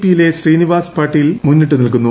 പിയിലെ ശ്രീനിവാസ് പാട്ടീൽ മുന്നിട്ട് നിൽക്കുന്നു